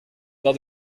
dat